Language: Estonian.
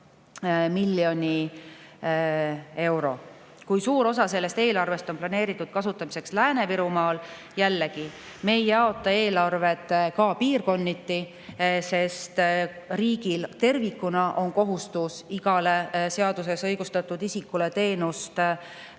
Kui suur osa sellest eelarvest on planeeritud kasutamiseks Lääne-Virumaal? Jällegi, me ei jaota eelarveid piirkonniti, sest riigil tervikuna on kohustus igale seaduses õigustatud isikule teenust